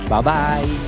Bye-bye